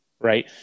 Right